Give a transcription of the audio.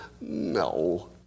no